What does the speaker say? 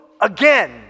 again